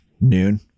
Noon